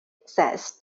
access